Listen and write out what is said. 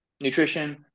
nutrition